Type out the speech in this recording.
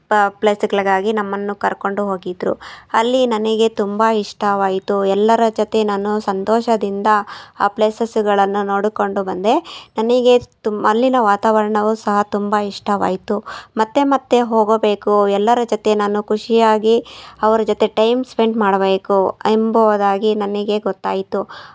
ಪ್ಲೇಸ್ಗಳಿಗಾಗಿ ನಮ್ಮನ್ನು ಕರ್ಕೊಂಡು ಹೋಗಿದ್ದರು ಅಲ್ಲಿ ನನಗೆ ತುಂಬ ಇಷ್ಟವಾಯಿತು ಎಲ್ಲರ ಜೊತೆ ನಾನು ಸಂತೋಷದಿಂದ ಆ ಪ್ಲೇಸಸ್ಗಳನ್ನು ನೋಡಿಕೊಂಡು ಬಂದೆ ನನಗೆ ತುಂಬ ಅಲ್ಲಿನ ವಾತಾವರಣವು ಸಹ ತುಂಬ ಇಷ್ಟವಾಯಿತು ಮತ್ತೆ ಮತ್ತೆ ಹೋಗಬೇಕು ಎಲ್ಲರ ಜೊತೆ ನಾನು ಖುಷಿಯಾಗಿ ಅವ್ರ ಜೊತೆ ಟೈಮ್ ಸ್ಪೆಂಟ್ ಮಾಡಬೇಕು ಎಂಬುದಾಗಿ ನನಗೆ ಗೊತ್ತಾಯಿತು